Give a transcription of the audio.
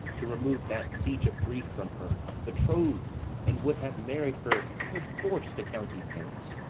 to remove that siege of grief from her, betroth'd and would have married her perforce to county paris.